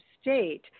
state